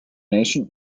ancient